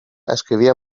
escrivia